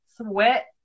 Sweat